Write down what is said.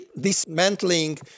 dismantling